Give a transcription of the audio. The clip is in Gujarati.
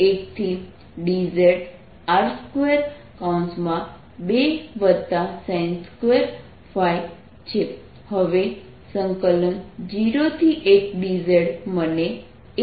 હવે 01dz મને 1 આપે છે